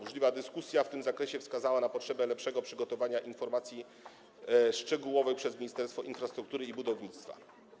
Burzliwa dyskusja w tym zakresie wskazała na potrzebę lepszego przygotowywania informacji szczegółowych przez Ministerstwo Infrastruktury i Budownictwa.